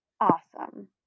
awesome